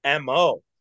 MO